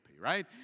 right